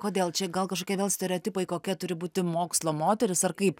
kodėl čia gal kažkokie vėl stereotipai kokia turi būti mokslo moteris ar kaip